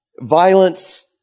violence